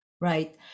right